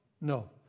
No